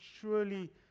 surely